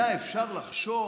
היה אפשר לחשוב,